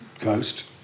coast